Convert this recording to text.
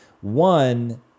one